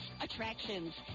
attractions